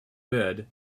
bed